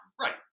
Right